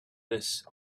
this